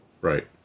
Right